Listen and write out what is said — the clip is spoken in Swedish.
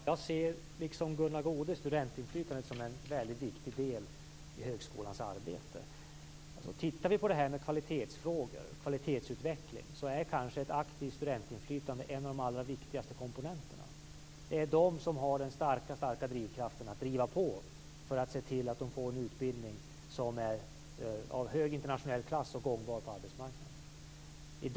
Fru talman! Jag ser, liksom Gunnar Goude, studentinflytandet som en väldigt viktig del i högskolans arbete. När det gäller kvalitetsfrågor och kvalitetsutveckling är kanske ett aktivt studentinflytande en av de allra viktigaste komponenterna. Det är de som har den starka kraften att driva på för att se till att de får en utbildning som är av hög internationell klass och gångbar på arbetsmarknaden.